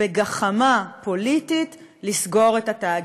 בגחמה פוליטית, לסגור את התאגיד,